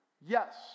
Yes